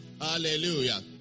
Hallelujah